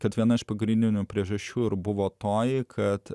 kad viena iš pagrindinių priežasčių ir buvo toji kad